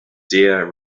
deer